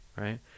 right